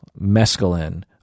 mescaline